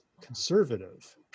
conservative